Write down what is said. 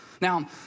Now